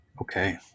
okay